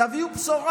תביאו בשורה.